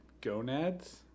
Gonads